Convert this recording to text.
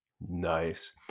Nice